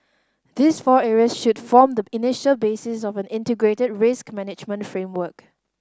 these four areas should form the initial basis of an integrated risk management framework